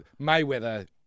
Mayweather